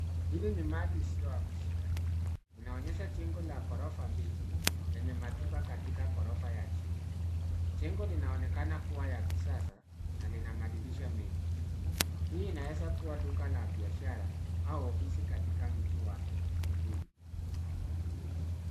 Hili ni mali isiyohamishika. Inaonyesha jengo la ghorofa mbili enye maduka katika ghorofa ya chini, jengo linaonekana kuwa la kisasa na lina madirisha mengi. Hii inaweza kuwa duka la kibiashara au ofisi katika mji wa konduyu.